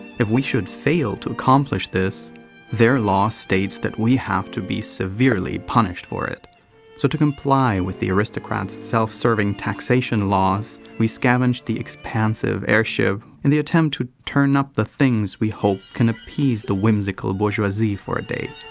if we should fail to accomplish this their law states that we have to be severely punished for it. so to comply with the aristocrat's self-serving taxation laws, we scavenge the expansive airship in the attempt to turn up the things we hope can appease the whimsical bourgeoisie for a day.